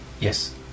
Yes